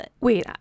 Wait